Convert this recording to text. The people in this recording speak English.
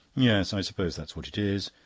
yes, i suppose that's what it is.